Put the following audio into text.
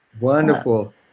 Wonderful